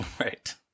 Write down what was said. Right